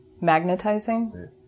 magnetizing